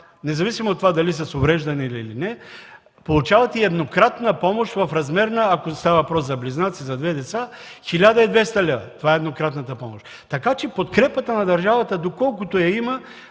независимо от това дали са с увреждания или не, получават еднократна помощ в размер, ако става въпрос за близнаци – за две деца, на 1200 лв. Така че подкрепата на държавата, доколкото я има,